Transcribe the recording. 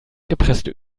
gepresste